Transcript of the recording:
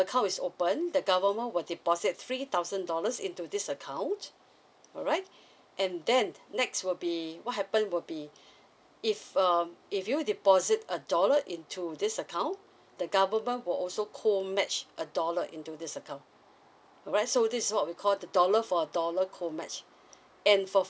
account is open the government will deposit three thousand dollars into this account alright and then next will be what happen will be if um if you deposit a dollar into this account the government will also co match a dollar into this account alright so this is what we call the dollar for a dollar co match and for